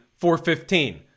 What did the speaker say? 4.15